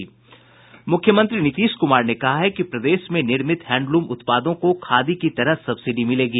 मुख्यमंत्री नीतीश कुमार ने कहा है कि प्रदेश में निर्मित हैंडलूम उत्पादों को खादी की तरह सब्सिडी मिलेगी